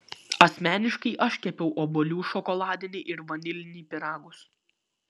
asmeniškai aš kepiau obuolių šokoladinį ir vanilinį pyragus